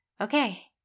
okay